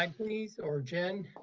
um please, or jen.